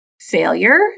failure